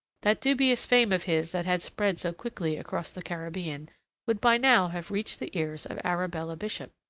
that dubious fame of his that had spread so quickly across the caribbean would by now have reached the ears of arabella bishop.